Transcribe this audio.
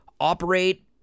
Operate